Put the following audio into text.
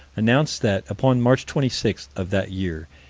announced that, upon march twenty six, of that year,